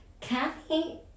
Kathy